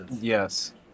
yes